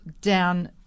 down